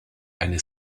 eine